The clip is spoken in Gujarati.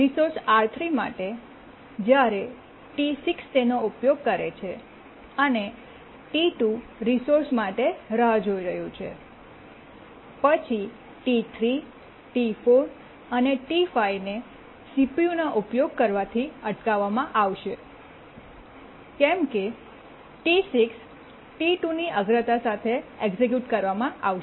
રિસોર્સ R3 માટે જ્યારે ટી6 તેનો ઉપયોગ કરે છે અને ટી2 રિસોર્સ માટે રાહ જોઈ રહ્યું છે પછી ટી3 ટી4 અને ટી5 ને સીપીયુનો ઉપયોગ કરવાથી અટકાવવામાં આવશે કેમ કે ટી 6 ટી2 ની અગ્રતા સાથે એક્સિક્યૂટ કરવામાં આવશે